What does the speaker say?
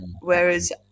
whereas